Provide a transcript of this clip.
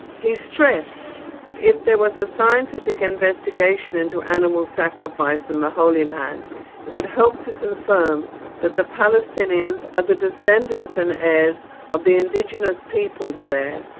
he stressed that if there was a scientific investigation into animal sacrifice in the holy land it would help to confirm that the palestinians are the descendants and heirs of the indigenous peoples there,